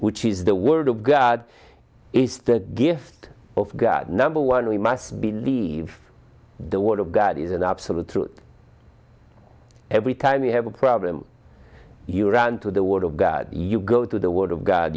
which is the word of god is the gift of god number one we must believe the word of god is an absolute truth every time you have a problem you run to the word of god you go to the word of god